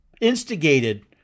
instigated